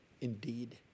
indeed